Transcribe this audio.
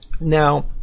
Now